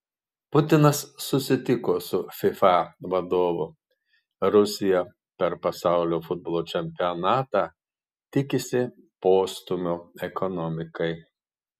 putinas susitiko su fifa vadovu rusija per pasaulio futbolo čempionatą tikisi postūmio ekonomikai